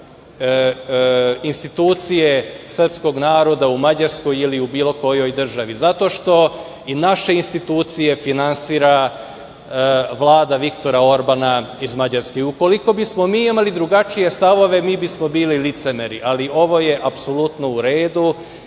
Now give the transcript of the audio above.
institucije srpskog naroda u Mađarskoj ili u bilo kojoj državi zato što i naše institucije finansija Vlada Viktora Orbana iz Mađarske. Ukoliko bismo mi imali drugačije stavove, mi bismo bili licemeri, ali ovo je apsolutno u redu